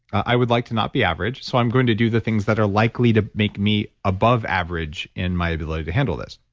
i would like to not be average, so, i'm going to do the things that are likely to make me above average in my ability to handle this.